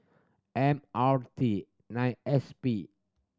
M R T nine S P